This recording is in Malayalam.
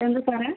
എന്താ സാറേ